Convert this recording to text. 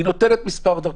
היא נותנת מספר דרכון.